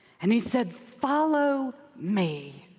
and he said follow me.